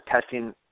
testing